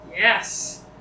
Yes